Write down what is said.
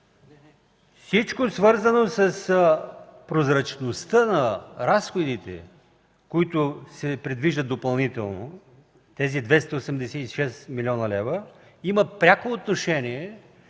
Всичко, свързано с прозрачността на разходите, които се предвиждат допълнително – тези 286 млн. лв., имат пряко отношение